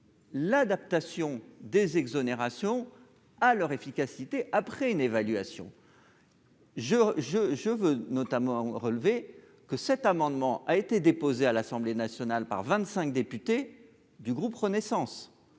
l'adaptation des exonérations à leur efficacité après une évaluation. Je je je veux notamment relevé que cet amendement a été déposé à l'Assemblée nationale, par 25 députés du groupe Renaissance,